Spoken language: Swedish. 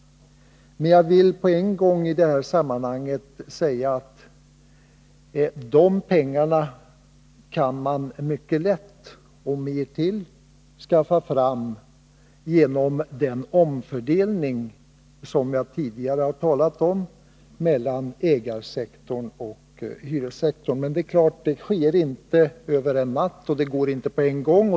Jag vill på en gång säga att de pengarna och mera till mycket lätt kan skaffas fram genom den omfördelning mellan ägarsektorn och hyressektorn som jag tidigare har talat om. Men det är klart att det inte kan ske över en natt eller på en gång.